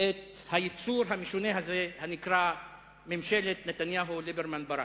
את היצור המשונה הזה הנקרא ממשלת נתניהו-ליברמן-ברק.